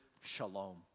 shalom